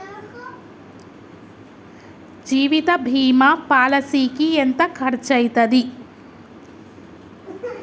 జీవిత బీమా పాలసీకి ఎంత ఖర్చయితది?